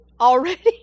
already